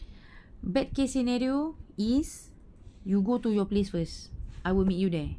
bad case scenario is you go to your place first I will meet you there